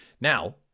Now